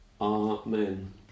Amen